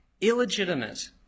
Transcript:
illegitimate